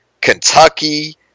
Kentucky